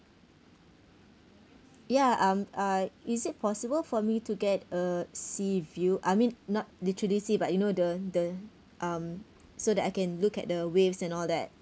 ya um uh is it possible for me to get a sea view I mean not literally sea but you know the the um so that I can look at the waves and all that